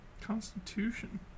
Constitution